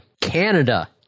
Canada